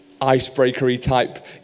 icebreakery-type